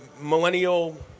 millennial